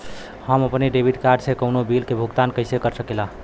हम अपने debit card से कउनो बिल के भुगतान कइसे कर सकीला?